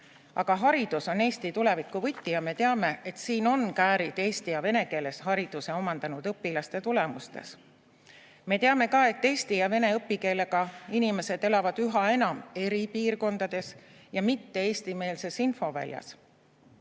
Aga haridus on Eesti tuleviku võti. Me teame, et siin on käärid eesti ja vene keeles hariduse omandanud õpilaste tulemustes. Me teame ka, et eesti ja vene õppekeelega inimesed elavad üha enam eri piirkondades ja mitte-eestimeelses infoväljas.